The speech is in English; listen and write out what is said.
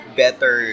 better